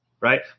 right